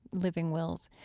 living wills,